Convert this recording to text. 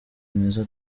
mwiza